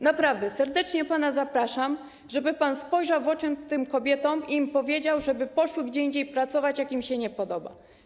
Naprawdę, serdecznie pana zapraszam, żeby pan spojrzał w oczy tym kobietom i powiedział im, żeby poszły gdzie indziej pracować, jak im się nie podoba.